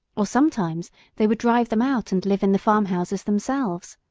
or sometimes they would drive them out, and live in the farmhouses themselves.